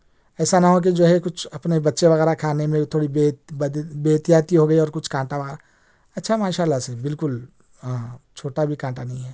ایسا نہ ہو کہ جو ہے کچھ اپنے بچے وغیرہ کھانے میں تھوڑی بے بد بے احتیاطی ہو گئی ہو اور کچھ کانٹا وہ اچھا ماشاء اللہ سے بالکل ہاں چھوٹا بھی کانٹا نہیں ہے